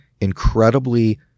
incredibly